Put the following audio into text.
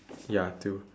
ya two